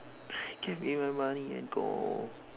give me my money and go